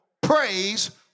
praise